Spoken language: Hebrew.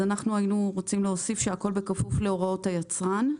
אנחנו היינו רוצים להוסיף שהכול בכפוף להוראות היצרן.